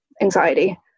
anxiety